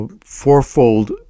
fourfold